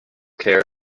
care